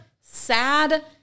sad